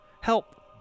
Help